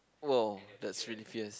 !wow! that's really fierce